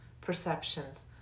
perceptions